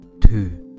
two